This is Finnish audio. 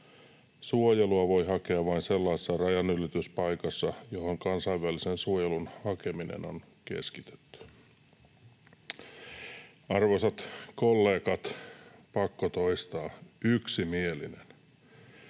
suojelua voi hakea vain sellaisessa rajanylityspaikassa, johon kansainvälisen suojelun hakeminen on keskitetty. Arvoisat kollegat, pakko toistaa: yksimielinen.